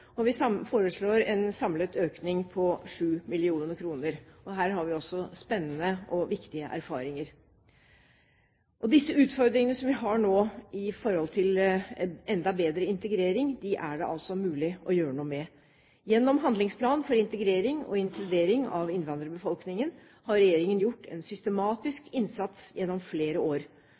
Vi foreslår en samlet økning på 7 mill. kr. Her har vi også spennende og viktige erfaringer. De utfordringene som vi har nå med hensyn til enda bedre integrering, er det altså mulig å gjøre noe med. Gjennom Handlingsplan for integrering og inkludering av innvandrerbefolkningen har regjeringen gjort en systematisk innsats gjennom flere år.